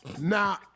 Now